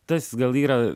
tas gal yra